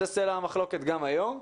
סלע המחלוקת גם היום.